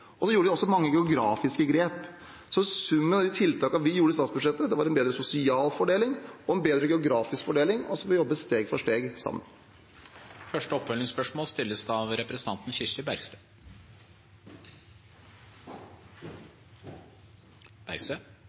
Vi gjorde også mange geografiske grep. Så summen av de tiltakene vi gjorde i forbindelse med statsbudsjettet, ga en bedre sosial og geografisk fordeling. Så vi må jobbe sammen steg for steg. Det blir oppfølgingsspørsmål – først Kirsti Bergstø.